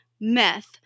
Meth